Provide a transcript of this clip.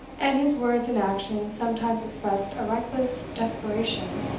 and his words and actions sometimes expressed a reckless desperation,